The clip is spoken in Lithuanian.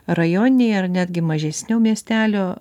rajoniniai ar netgi mažesnių miestelių